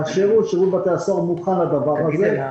שירות בתי הסוהר מוכן לדבר הזה.